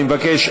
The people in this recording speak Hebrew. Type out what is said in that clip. אני מבקש,